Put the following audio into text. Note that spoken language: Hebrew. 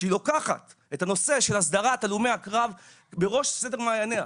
שהיא שמה את הנושא של הסדרת הלומי הקרב בראש מעייניה,